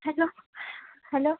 hello hello